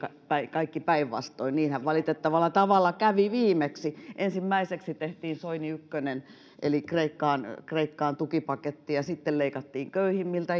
kaikki päinvastoin niinhän valitettavalla tavalla kävi viimeksi ensimmäiseksi tehtiin soini ykkönen eli kreikkaan kreikkaan tukipakettia ja sitten leikattiin köyhimmiltä